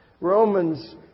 Romans